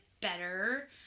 better